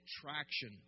traction